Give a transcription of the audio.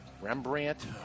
Rembrandt